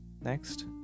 Next